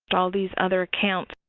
all these other accounts.